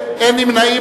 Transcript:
נגד, אין נמנעים.